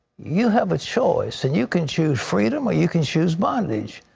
you have a choice. and you can choose freedom or you can choose bondage.